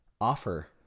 offer